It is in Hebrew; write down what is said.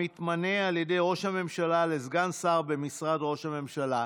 המתמנה על ידי ראש הממשלה לסגן שר במשרד ראש הממשלה,